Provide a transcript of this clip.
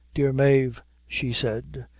dear mave, she said,